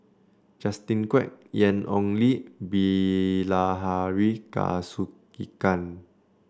Justin Quek Ian Ong Li Bilahari Kausikan